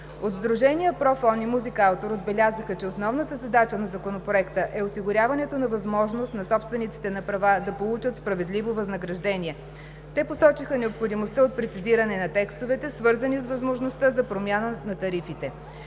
От сдружения „Профон“ и „Музикаутор“ отбелязаха, че основната задача на Законопроекта е осигуряването на възможност на собствениците на права да получат справедливо възнаграждение. Те посочиха необходимостта от прецизиране на текстовете, свързани с възможността за промяна на тарифите.